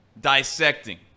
Dissecting